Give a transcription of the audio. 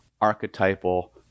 archetypal